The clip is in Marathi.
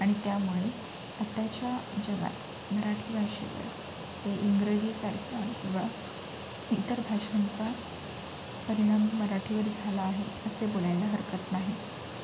आणि त्यामुळे आत्ताच्या जगात मराठी भाषेवर हे इंग्रजीसारख्या किंवा इतर भाषांचा परिणाम मराठीवर झाला आहे असे बोलायला हरकत नाही